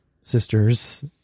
sisters